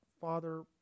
Father